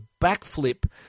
backflip